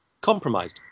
compromised